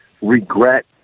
regret